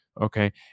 Okay